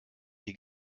hier